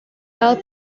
help